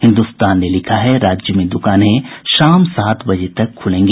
हिन्द्रस्तान ने लिखा है राज्य में दुकानें शाम सात बजे तक खुलेंगी